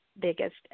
biggest